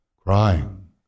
crying